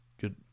Good